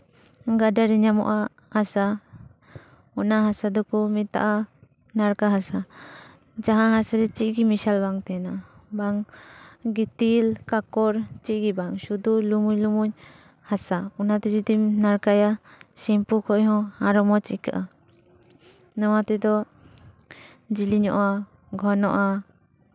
ᱜᱟᱰᱟᱨ ᱧᱟᱢᱚᱜᱼᱟ ᱦᱟᱥᱟ ᱚᱱᱟ ᱦᱟᱥᱟ ᱫᱚᱠᱚ ᱢᱮᱛᱟᱜᱼᱟ ᱱᱟᱲᱠᱟ ᱦᱟᱥᱟ ᱡᱟᱦᱟᱸ ᱦᱟᱥᱟᱨᱮ ᱪᱮᱫ ᱜᱮ ᱢᱮᱥᱟᱞ ᱵᱟᱝ ᱛᱟᱦᱮᱱᱟ ᱵᱟᱝ ᱜᱤᱛᱤᱞ ᱠᱟᱠᱚᱨ ᱪᱮᱫ ᱜᱮ ᱵᱟᱝ ᱥᱩᱫᱷᱩ ᱞᱩᱢᱩᱧ ᱞᱩᱢᱩᱧ ᱦᱟᱥᱟ ᱚᱱᱟᱛᱮ ᱡᱩᱫᱤᱢ ᱱᱟᱲᱠᱟᱭᱟ ᱥᱮᱢᱯᱩ ᱠᱷᱚᱱ ᱦᱚᱸ ᱟᱨᱚ ᱢᱚᱡᱽ ᱟᱹᱭᱠᱟᱹᱜᱼᱟ ᱱᱚᱣᱟ ᱛᱮᱫᱚ ᱡᱮᱞᱮᱧᱚᱜᱼᱟ ᱜᱷᱚᱱᱚᱜᱼᱟ